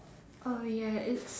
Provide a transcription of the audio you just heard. oh ya it's